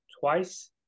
twice